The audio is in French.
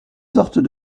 sortes